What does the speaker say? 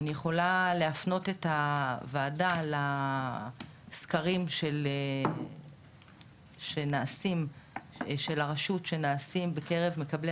אני יכולה להפנות את הוועדה לסקרים שנעשים של הרשות בקרב מקבלי